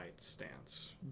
stance